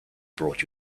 brought